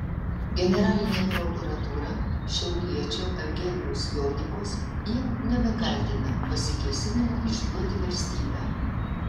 generalinė prokuratūra šiauliečio eugenijaus jonikos jau nebekaltina pasikėsinimu išduoti valstybę